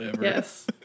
Yes